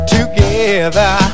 Together